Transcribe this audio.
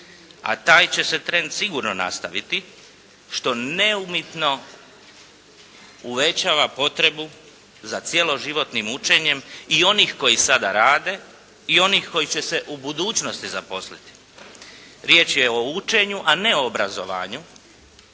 a taj će se trend sigurno nastaviti što neumitno uvećava potrebu za cjeloživotnim učenjem i onih koji sada rade i onih koji će se u budućnosti zaposliti. Riječ je o učenju, a ne o obrazovanju,